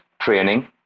training